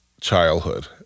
childhood